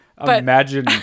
imagine